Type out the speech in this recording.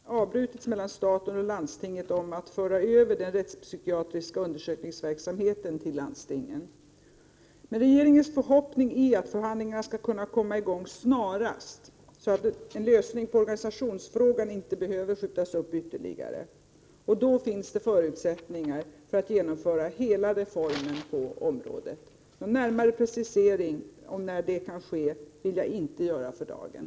Sd Herr talman! Som Bengt Harding Olson vet har förhandlingarna mellan staten och landstingen avbrutits i frågan om att föra över den rättspsykiatris ka undersökningsverksamheten till landstingen. Regeringens förhoppning är att förhandlingarna skall kunna återupptas snarast, så att en lösning på organisationsfrågan inte behöver skjutas upp ytterligare. Då skapas det förutsättningar att genomföra hela reformen på området. Någon närmare precisering av när det kan ske vill jag för dagen inte göra.